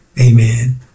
Amen